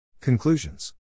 Conclusions